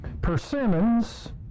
Persimmons